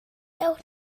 ewch